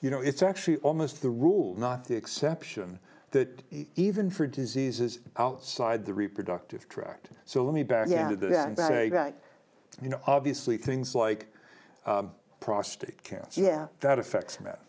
you know it's actually almost the rule not the exception that even for diseases outside the reproductive tract so let me back to that day that you know obviously things like prostate cancer yeah that affects m